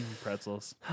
Pretzels